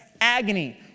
agony